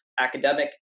academic